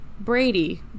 Brady